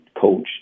coach